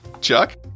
Chuck